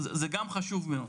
גם חשוב מאוד.